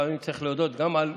לפעמים צריך להודות גם על מה,